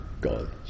God